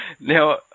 Now